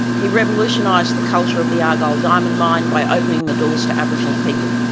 he revolutionised the culture of the argyle diamond mine by opening the doors to aboriginal people.